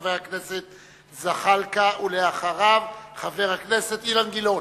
חבר הכנסת זחאלקה, ואחריו, חבר הכנסת אילן גילאון.